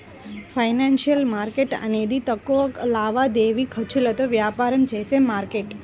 financial market అనేది తక్కువ లావాదేవీ ఖర్చులతో వ్యాపారం చేసే మార్కెట్